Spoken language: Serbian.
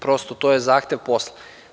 Prosto, to je zahtev posla.